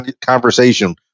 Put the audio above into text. conversation